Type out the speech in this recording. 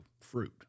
fruit